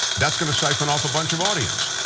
that's going to siphon off a bunch of audience.